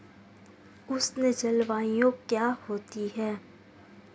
उष्ण जलवायु क्या होती है?